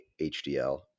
HDL